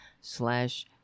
slash